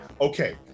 okay